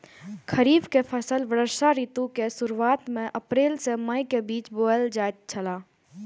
खरीफ के फसल वर्षा ऋतु के शुरुआत में अप्रैल से मई के बीच बौअल जायत छला